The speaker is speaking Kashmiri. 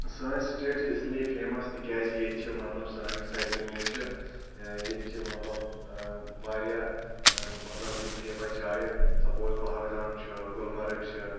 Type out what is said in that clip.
سٲنۍ سِٹیٹ چھِ اس لیے فیمس تِکیازِ ییٚتہِ چھِ مطلب سٲنۍ یۄس سارِ زمیٖن چھِ ییٚتہِ چھِ مطلب واریاہ مطلب یِم فیمس جایہِ سپوز پہلگام چھُ گُلمرگ چھِ